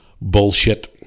bullshit